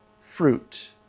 fruit